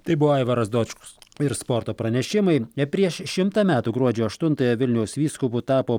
tai buvo aivaras dočkus ir sporto pranešimai prieš šimtą metų gruodžio aštuntąją vilniaus vyskupu tapo